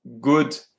good